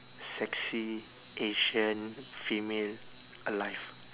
sexy asian female alive